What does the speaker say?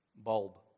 bulb